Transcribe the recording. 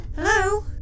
hello